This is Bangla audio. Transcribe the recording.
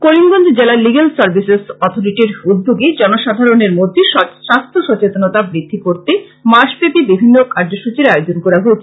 করিমগঞ্জ জেলা লিগেল সার্ভিসেস অথরিটির উদ্যোগে জনসাধারণের মধ্যে স্বাস্থ্য সচেতনতা বৃদ্ধি করতে মাসব্যাপী বিভিন্ন কার্যসূচীর আয়োজন করা হয়েছে